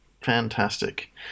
Fantastic